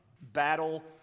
battle